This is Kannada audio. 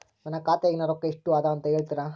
ನನ್ನ ಖಾತೆಯಾಗಿನ ರೊಕ್ಕ ಎಷ್ಟು ಅದಾ ಅಂತಾ ಹೇಳುತ್ತೇರಾ?